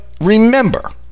remember